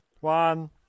One